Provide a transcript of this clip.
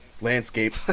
landscape